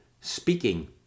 speaking